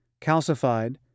calcified